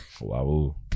Wow